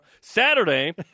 Saturday